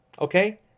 Okay